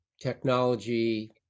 technology